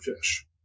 fish